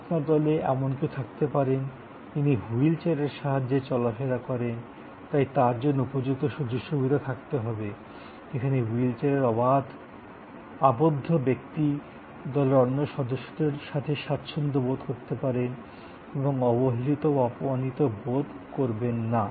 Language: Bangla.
আপনার দলে এমন কেউ থাকতে পারেন যিনি হুইলচেয়ারের সাহায্যে চলাফেরা করেন তাই তার জন্য উপযুক্ত সুযোগসুবিধা থাকতে হবে যেখানে হুইলচেয়ারে আবদ্ধ ব্যক্তি দলের অন্য সদস্যদের সাথে স্বাচ্ছন্দ্য বোধ করতে পারেন এবং অবহেলিত বা অপমানিত বোধ করবেন না